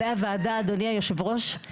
הוועדה, אדוני יושב הראש.